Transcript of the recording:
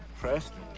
Preston